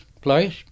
place